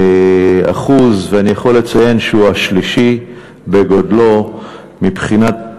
ואני יכול לציין שהוא השלישי בגודלו מבחינת